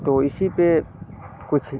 तो इसी पर कुछ